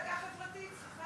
מפלגה חברתית, סליחה.